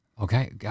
okay